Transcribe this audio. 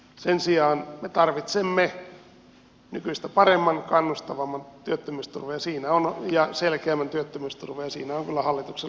sen sijaan me tarvitsemme nykyistä paremman kannustavamman ja selkeämmän työttömyysturvan ja siinä on kyllä hallituksella tekemistä